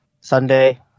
sunday